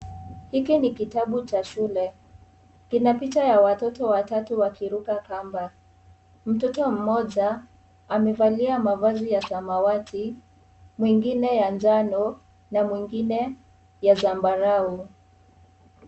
Hiki ni kitabu cha shule. Kina picha ya watoto, watatu wakiruka kamba. Mtoto mmoja, amevalia mavazi ya samawati, mwingine ya njano na mwingine ya sambarau.